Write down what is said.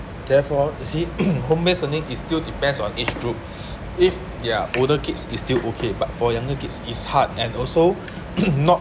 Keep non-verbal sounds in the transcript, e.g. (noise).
therefore you see (coughs) home-based learning is still depends on age group if they're older kids is still okay but for younger kids is hard also (coughs) not